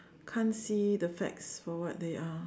can't see the facts for what they are